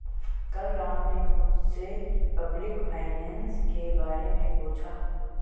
कल राम ने मुझसे पब्लिक फाइनेंस के बारे मे पूछा